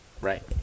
Right